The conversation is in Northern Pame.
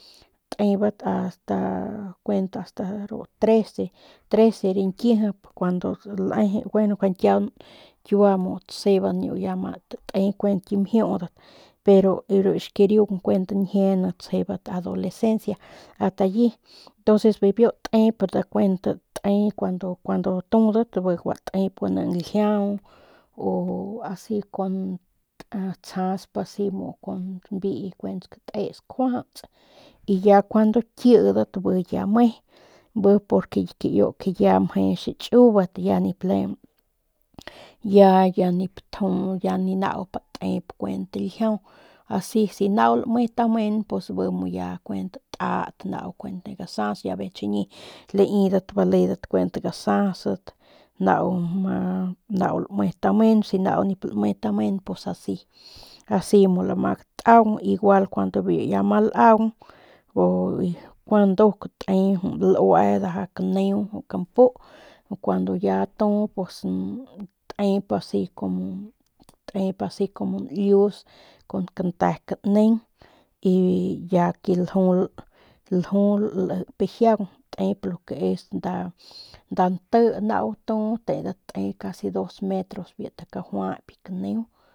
Tebat kuent asta ru trece trece rañkijip cuando gueno njuande kiaun kiua taseban ya ma ntate kuent ki mjiudat pero ru xkaring ñjie ndu tsjebat adolecencia asta alli tu entonces bibiu tep tate cuando cuando tudat bi gua tep ljiau a o asi tsjasp asi mu con mbii skatis kjuajauts y ya cuando kidat bi ya me bi porque ya mje xichubat ya ya nip tju ni nau ptep ljiau asi si nau lame tamen pus bi ya kuent tat nau ne gasas pues chiñi laidat baledat kuent gasasat nau lame tamen si nau nip lame tamen pus asi asi mu lama gataung igual kuando ya ma laung gueno nduk lue jut kaneu kampu kuando ya tu pus tep asi kumu asi kumu nlius kun kante kaneng y ya ke ljul lip jiaung si es nda nti atu tedat te casi dos metros kajuayp kaneu.